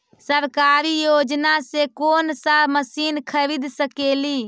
सरकारी योजना से कोन सा मशीन खरीद सकेली?